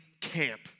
camp